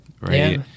right